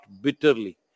bitterly